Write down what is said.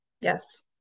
Yes